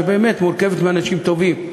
שבאמת מורכבת מאנשים טובים,